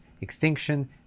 extinction